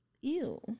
Ew